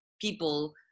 people